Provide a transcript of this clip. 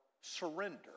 surrender